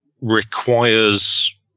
requires